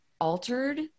altered